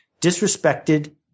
disrespected